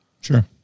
Sure